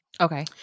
Okay